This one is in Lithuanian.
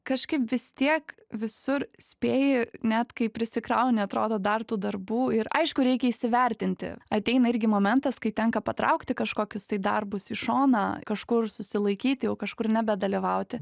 kažkaip vis tiek visur spėji net kai prisikrauni atrodo dar tų darbų ir aišku reikia įsivertinti ateina irgi momentas kai tenka patraukti kažkokius tai darbus į šoną kažkur susilaikyti jau kažkur nebedalyvauti